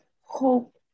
hope